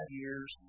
years